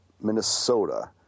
Minnesota